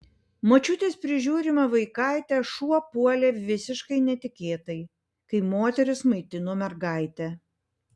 močiutės prižiūrimą vaikaitę šuo puolė visiškai netikėtai kai moteris maitino mergaitę